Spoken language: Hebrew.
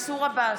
מנסור עבאס,